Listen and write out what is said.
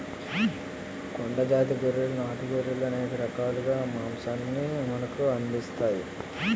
కొండ జాతి గొర్రెలు నాటు గొర్రెలు అనేక రకాలుగా మాంసాన్ని మనకు అందిస్తాయి